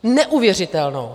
Neuvěřitelnou.